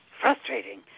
frustrating